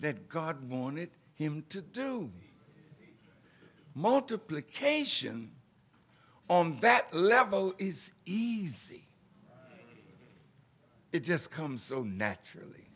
that god wanted him to do multiplication on that level is easy it just comes so naturally